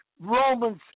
Romans